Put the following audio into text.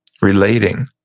Relating